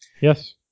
Yes